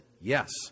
yes